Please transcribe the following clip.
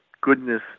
goodness